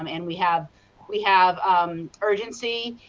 um and we have we have um urgency,